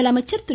முதலமைச்சர் திரு